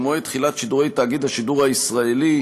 שהוא מועד תחילת שידורי תאגיד השידור הישראלי,